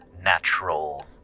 natural